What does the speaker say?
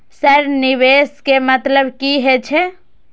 Sir निवेश के मतलब की हे छे?